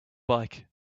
bike